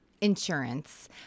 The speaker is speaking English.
insurance